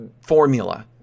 formula